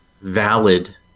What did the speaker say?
valid